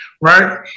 Right